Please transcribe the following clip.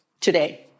today